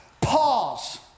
Pause